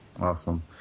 Awesome